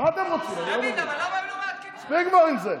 מספיק כבר עם זה.